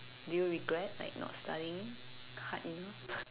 do you regret like not studying hard enough